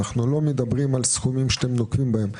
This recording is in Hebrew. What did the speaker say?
אנחנו לא מדברים על הסכומים שאתם נוקבים בהם.